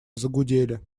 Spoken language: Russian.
загудели